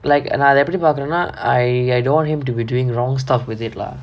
like நா அத எப்படி பாக்குரேனா:naa atha eppadi paakkuraenaa I don't want him to be doing wrong stuff with it lah